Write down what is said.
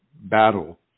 battle